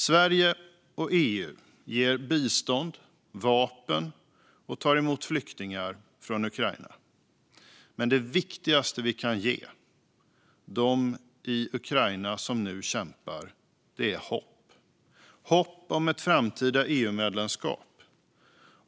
Sverige och EU ger bistånd och vapen och tar emot flyktingar från Ukraina. Men det viktigaste vi kan ge dem som nu kämpar i Ukraina är hopp - hopp om ett framtida EU-medlemskap.